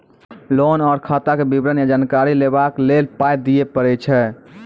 Loan आर खाताक विवरण या जानकारी लेबाक लेल पाय दिये पड़ै छै?